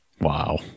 Wow